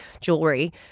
jewelry